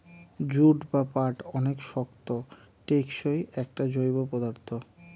jute বা পাট অনেক শক্ত, টেকসই একটা জৈব পদার্থ